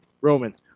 Roman